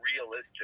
realistic